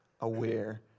aware